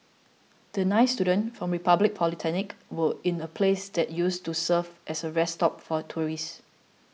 the nine students from Republic Polytechnic were in a place that used to serve as a rest stop for tourists